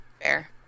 Fair